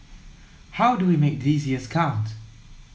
how do we make these years count